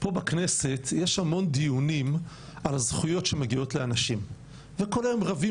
פה בכנסת יש המון דיונים על הזכויות שמגיעות לאנשים וכולם רבים